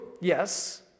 Yes